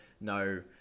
no